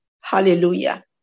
Hallelujah